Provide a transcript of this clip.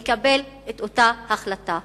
נקבל את אותה החלטה,